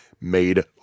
made